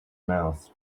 mouth